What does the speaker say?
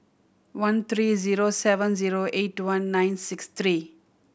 one three zero seven zero eight two one nine six three